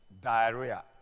diarrhea